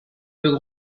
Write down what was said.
deux